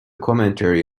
commentary